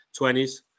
20s